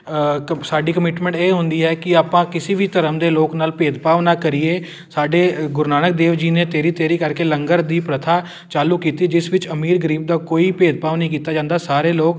ਕ ਸਾਡੀ ਕਮਿਟਮੈਂਟ ਇਹ ਹੁੰਦੀ ਹੈ ਕਿ ਆਪਾਂ ਕਿਸੇ ਵੀ ਧਰਮ ਦੇ ਲੋਕ ਨਾਲ ਭੇਦ ਭਾਵ ਨਾ ਕਰੀਏ ਸਾਡੇ ਗੁਰੂ ਨਾਨਕ ਦੇਵ ਜੀ ਨੇ ਤੇਰੀ ਤੇਰੀ ਕਰਕੇ ਲੰਗਰ ਦੀ ਪ੍ਰਥਾ ਚਾਲੂ ਕੀਤੀ ਜਿਸ ਵਿੱਚ ਅਮੀਰ ਗਰੀਬ ਦਾ ਕੋਈ ਭੇਦ ਭਾਵ ਨਹੀਂ ਕੀਤਾ ਜਾਂਦਾ ਸਾਰੇ ਲੋਕ